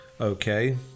Okay